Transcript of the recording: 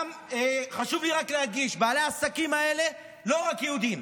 חשוב לי רק להגיד שבעלי העסקים האלה לא רק יהודים,